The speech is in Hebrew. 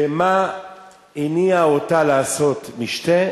ומה הניע אותה לעשות משתה?